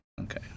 Okay